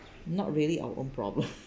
not really our own problem